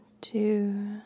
two